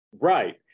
Right